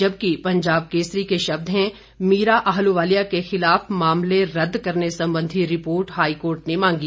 जबकि पंजाब केसरी के शब्द है मीरा आहलुवालिया के खिलाफ मामले रदद करने संबंधी रिपोर्ट हाईकोर्ट ने मांगी